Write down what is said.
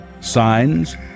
signs